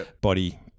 body